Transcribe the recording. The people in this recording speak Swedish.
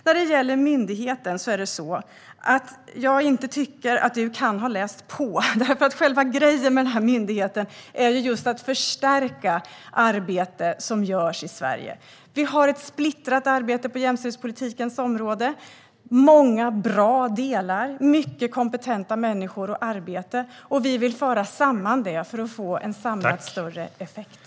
När det gäller myndigheten tror jag inte att du har läst på. Själva grejen med myndigheten är just att förstärka det arbete som görs i Sverige. Arbetet på jämställdhetspolitikens område är splittrat. Det finns många bra delar, ett bra arbete och många kompetenta människor, och vi vill föra samman detta för att få en samlad större effekt.